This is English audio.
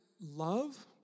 love